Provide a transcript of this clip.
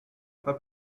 pas